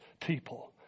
people